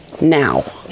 Now